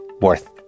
worth